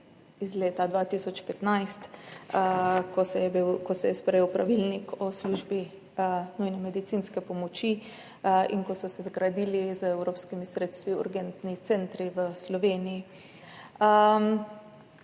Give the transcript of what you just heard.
iz leta 2015, ko se je sprejel Pravilnik o službi nujne medicinske pomoči in ko so se z evropskimi sredstvi zgradili urgentni centri v Sloveniji.